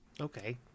Okay